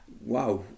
wow